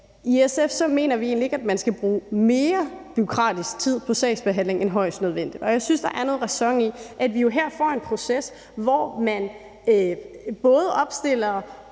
i SF egentlig ikke mener, at man skal bruge mere bureaukratisk tid på sagsbehandling end højst nødvendigt, og jeg synes, der er noget ræson i, at vi jo her får en proces, hvor både opstillere